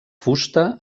fusta